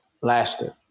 lasted